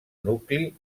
nucli